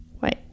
Wait